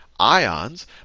ions